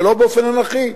ולא באופן אנכי.